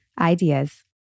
ideas